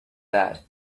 that